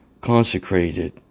consecrated